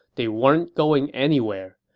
they weren't going anywhere.